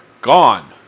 gone